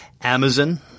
Amazon